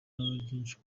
ryinshi